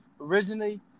originally